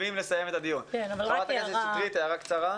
שטרית, הערה קצרה.